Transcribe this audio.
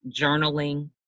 journaling